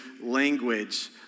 language